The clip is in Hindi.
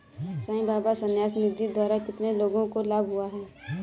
साई बाबा न्यास निधि द्वारा कितने लोगों को लाभ हुआ?